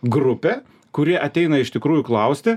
grupė kuri ateina iš tikrųjų klausti